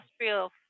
industrial